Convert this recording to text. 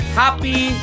happy